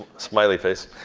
smiley face.